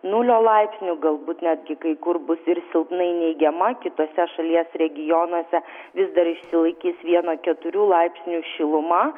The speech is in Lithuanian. nulio laipsnių galbūt netgi kai kur bus ir silpnai neigiama kituose šalies regionuose vis dar išsilaikys vieno keturių laipsnių šiluma